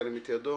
ירים את ידו.